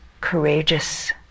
courageous